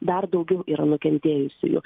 dar daugiau yra nukentėjusiųjų